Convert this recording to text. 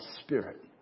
Spirit